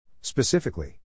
Specifically